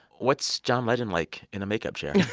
what's john legend like in a makeup chair?